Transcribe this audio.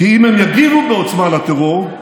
כי אם הם יגיבו בעוצמה לטרור,